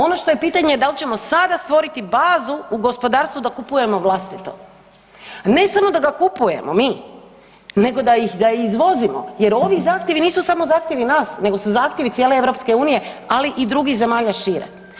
Ono što je pitanje da li ćemo sada stvoriti bazu u gospodarstvu da kupujemo vlastito, a ne samo da ga kupujemo mi nego da i izvozimo jer ovi zahtjevi nisu samo zahtjevi nas nego su zahtjevi cijele EU, ali i drugih zemalja šire.